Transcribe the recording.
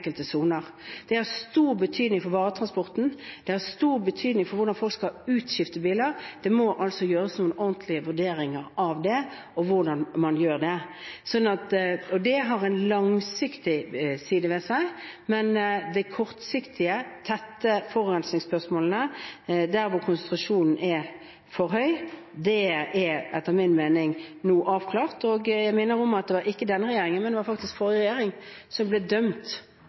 soner. Det har stor betydning for varetransporten, det har stor betydning for hvordan folk skal skifte ut biler. Det må altså gjøres noen ordentlige vurderinger av det og hvordan man gjør det. Og det har en langsiktig side ved seg. Men det kortsiktige – spørsmålene om tett forurensning, der hvor konsentrasjonen er for høy – er etter min mening nå avklart. Jeg minner om at det ikke var denne regjeringen, men faktisk forrige regjering, som ble dømt